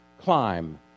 climb